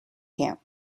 camp